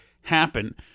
happen